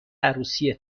عروسی